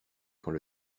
quand